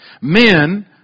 men